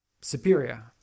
superior